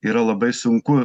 yra labai sunku